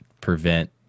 prevent